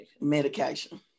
Medication